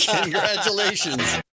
Congratulations